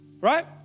right